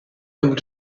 able